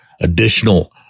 additional